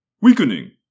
weakening